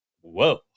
whoa